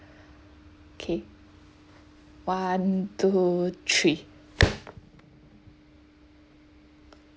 okay one two three